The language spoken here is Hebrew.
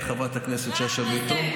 חברת הכנסת שאשא ביטון.